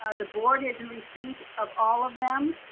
ah the board is in receipt of all of them.